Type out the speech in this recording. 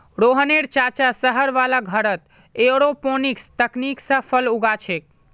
रोहनेर चाचा शहर वाला घरत एयरोपोनिक्स तकनीक स फल उगा छेक